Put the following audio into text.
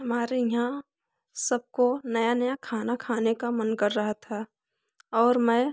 हमारे यहाँ सबको नया नया खाना खाने का मन कर रहा था और मैं